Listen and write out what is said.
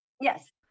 yes